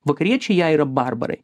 vakariečiai jai yra barbarai